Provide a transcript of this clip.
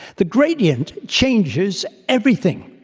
the gradient changes everything.